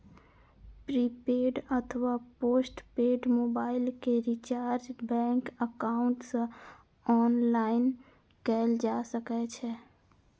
prepaid अथवा postpaid mobile के recharge bank account सं ऑनलाइन कैल जा सकै छै